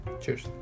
cheers